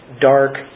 dark